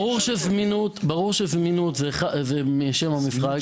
ברור שזמינות זה שם המשחק.